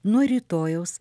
nuo rytojaus